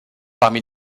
parmi